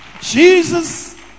Jesus